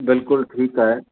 बिल्कुलु ठीकु आहे